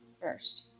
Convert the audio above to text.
first